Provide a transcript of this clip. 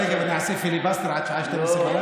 השרה רגב, שאני אעשה פיליבסטר עד השעה 24:00?